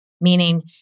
meaning